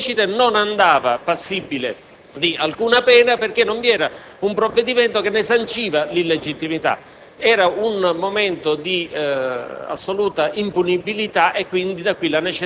mentre per il periodo successivo vi è comunque il provvedimento che fa stato sulla illegittimità. Queste sono le ragioni di questa modifica che certamente